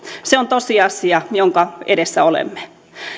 se on tosiasia jonka edessä olemme